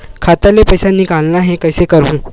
खाता ले पईसा निकालना हे, कइसे करहूं?